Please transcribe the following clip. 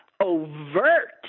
overt